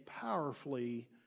powerfully